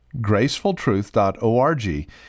GracefulTruth.org